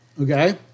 Okay